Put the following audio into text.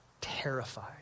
Terrified